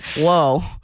Whoa